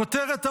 כותרת המאמר,